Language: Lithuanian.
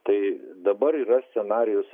tai dabar yra scenarijus